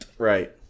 Right